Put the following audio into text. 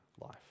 life